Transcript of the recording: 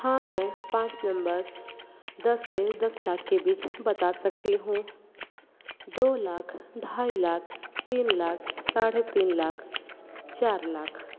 हाँ मैं पाँच नम्बर्स दस से दस लाख के बीच बता सकती हूँ दो लाख ढाई लाख तीन लाख साढ़े तीन लाख चार लाख